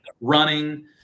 running